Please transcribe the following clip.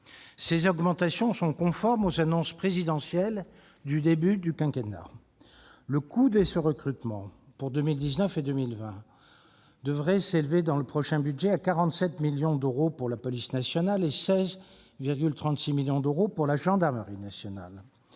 Ces augmentations sont conformes aux annonces présidentielles du début de quinquennat. Le coût de ces recrutements, pour 2019 et 2020, devrait s'élever dans le prochain budget à 47,45 millions d'euros pour la police nationale et à 16,36 millions d'euros pour la gendarmerie nationale.